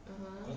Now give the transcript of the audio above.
(uh huh)